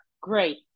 Great